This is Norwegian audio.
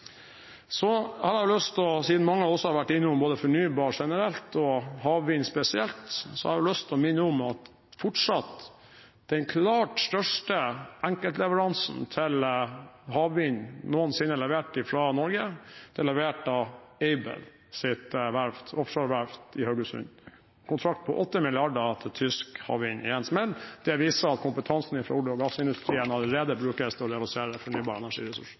så strenge krav til klimapolitiske virkemidler for sin energiproduksjon som vi har på norsk sokkel. Siden mange har vært innom både fornybar energi generelt og havvind spesielt, har jeg lyst til å minne om at den klart største enkeltleveransen til havvind noensinne levert fra Norge fortsatt er levert av Aibels offshore-verft i Haugesund – en kontrakt på 8 mrd. kr til tysk havvind. Det viser at kompetansen fra olje- og gassindustrien allerede brukes til å realisere fornybare energiressurser.